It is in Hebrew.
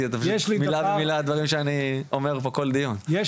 אדוני אומר מילה במילה דברים שאני אומר פה כל דיון,